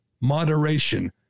moderation